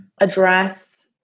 address